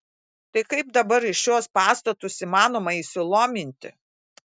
tai kaip dabar į šiuos pastatus įmanoma įsilominti